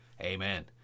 Amen